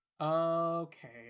Okay